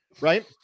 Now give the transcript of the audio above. right